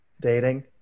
dating